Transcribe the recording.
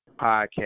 podcast